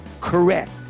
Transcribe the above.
correct